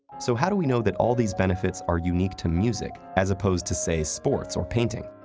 so how do we know that all these benefits are unique to music, as opposed to, say, sports or painting?